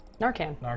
Narcan